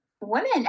women